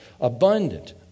abundant